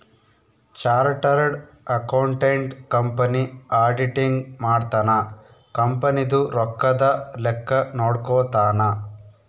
chartered accountant company auditing ಮಾಡ್ತನ company ದು ರೊಕ್ಕದ ಲೆಕ್ಕ ನೋಡ್ಕೊತಾನ